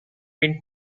been